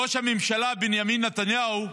ראש הממשלה בנימין נתניהו,